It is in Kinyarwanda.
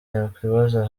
yakwibaza